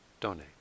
donate